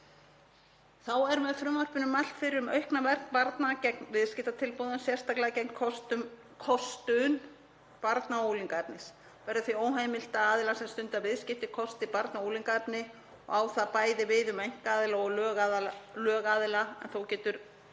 Þá er með frumvarpinu mælt fyrir um aukna vernd barna gegn viðskiptatilboðum, sérstaklega gegn kostun barna- og unglingaefnis. Verður því óheimilt að aðilar sem stunda viðskipti kosti barna- og unglingaefni og á það bæði við um einkaaðila og lögaðila en þó verður